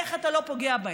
איך אתה לא פוגע בהם,